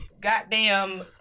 goddamn